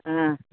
অঁ